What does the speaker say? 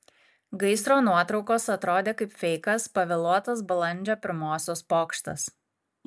gaisro nuotraukos atrodė kaip feikas pavėluotas balandžio pirmosios pokštas